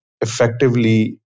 effectively